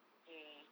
mm